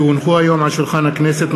כי הונחו היום על שולחן הכנסת,